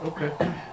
Okay